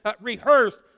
rehearsed